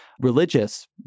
religious